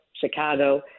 Chicago